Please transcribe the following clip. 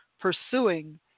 pursuing